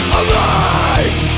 alive